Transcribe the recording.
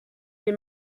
den